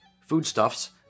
foodstuffs